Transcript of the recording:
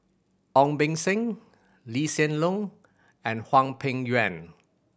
Ong Beng Seng Lee Hsien Loong and Hwang Peng Yuan